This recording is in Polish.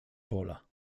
pola